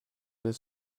the